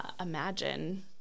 imagine